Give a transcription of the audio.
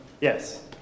Yes